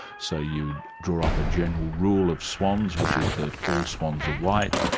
so you draw up a general rule of swans, which is that all swans are white.